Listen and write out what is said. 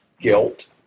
guilt